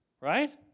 Right